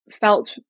felt